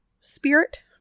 spirit